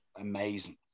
amazing